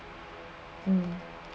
um